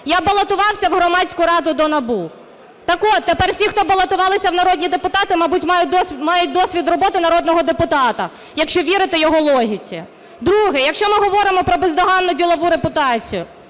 "Я балотувався в громадську раду до НАБУ". Так от, тепер ті, хто балотувалися в народні депутати, мабуть, мають досвід роботи народного депутата, якщо вірити його логіці. Друге. Якщо ми говоримо про бездоганну ділову репутацію,